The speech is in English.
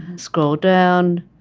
scroll down